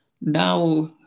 now